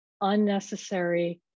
unnecessary